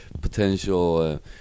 potential